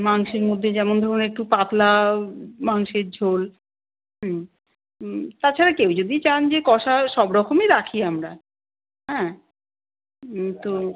মাংসের মধ্যে যেমন ধরুন একটু পাতলা মাংসের ঝোল হুম তাছাড়া কেউ যদি চান যে কষা সব রকমই রাখি আমরা হ্যাঁ তো